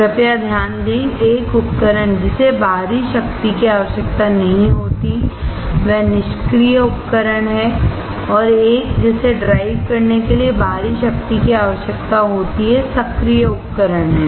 कृपया ध्यान दें कि एक उपकरण जिसे बाहरी शक्ति की आवश्यकता नहीं होती है वह निष्क्रिय उपकरण हैं और एक जिसे ड्राइव करने के लिए बाहरी शक्ति की आवश्यकता होती है सक्रिय उपकरण हैं